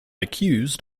accused